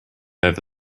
over